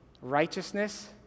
Righteousness